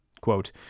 quote